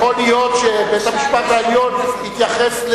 יכול להיות שבית-המשפט העליון התייחס,